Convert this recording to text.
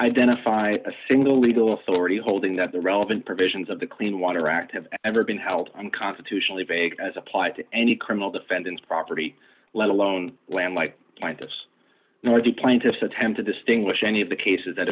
identify a single legal authority holding that the relevant provisions of the clean water act have ever been held unconstitutionally vague as applied to any criminal defendants property let alone land like this nor the plaintiffs attempt to distinguish any of the cases that